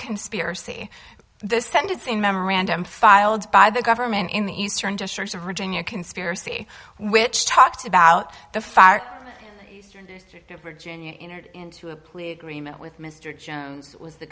conspiracy the sentencing memorandum filed by the government in the eastern district of virginia conspiracy which talked about the far eastern district of virginia entered into a plea agreement with mr jones was the